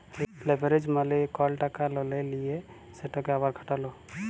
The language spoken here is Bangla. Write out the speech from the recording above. লেভারেজ মালে কল টাকা ললে লিঁয়ে সেটকে আবার খাটালো